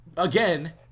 Again